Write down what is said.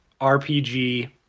RPG